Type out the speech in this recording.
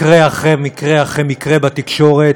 מקרה אחרי מקרה אחרי מקרה בתקשורת.